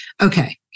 Okay